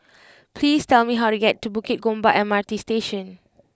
please tell me how to get to Bukit Gombak M R T Station